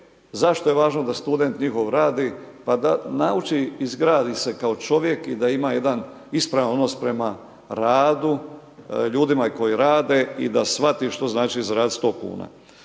Zašto je važno da student njihov radi, pa da nauči izgradi se kao čovjek i da ima jedan ispravan odnos prema radu, ljudima koji rade i da shvati što znači zaradit 100 kuna.